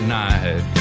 night